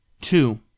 Two